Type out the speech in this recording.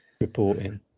reporting